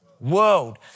world